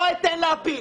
לא אתן להפיל.